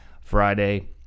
friday